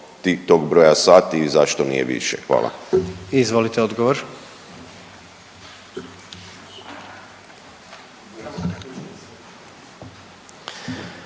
tog broja sati i zašto nije više? Hvala. **Jandroković,